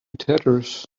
tatters